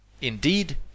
Indeed